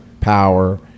Power